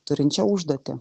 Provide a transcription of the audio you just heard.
turinčią užduotį